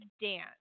Dance